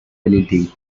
anything